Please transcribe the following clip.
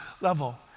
level